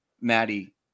Maddie